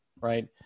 Right